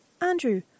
Andrew